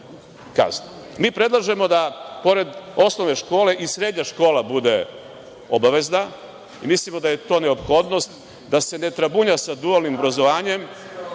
predlažemo da pored osnovne škole i srednja škola bude obavezna i mislimo da je to neophodnost, da se ne trabunja sa dualnim obrazovanjem,